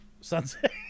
sunset